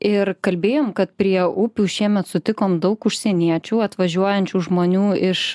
ir kalbėjom kad prie upių šiemet sutikom daug užsieniečių atvažiuojančių žmonių iš